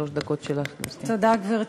שלוש דקות שלך, גברתי.